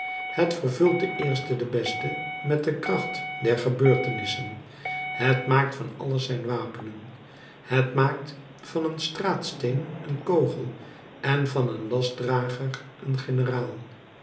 het vervult den eerste den beste met de kracht der gebeurtenissen het maakt van alles zijn wapenen het maakt van een straatsteen een kogel en van een lastdrager een generaal